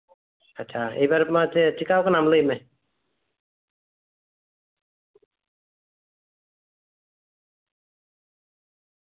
ᱟᱪᱪᱷᱟ ᱮᱵᱟᱨᱮ ᱛᱳᱢᱟᱠᱮ ᱪᱮᱠᱟᱣ ᱠᱟᱱᱟᱢ ᱞᱟᱹᱭ ᱢᱮ